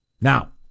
Now